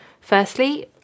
Firstly